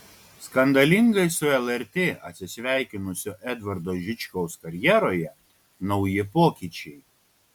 skandalingai su lrt atsisveikinusio edvardo žičkaus karjeroje nauji pokyčiai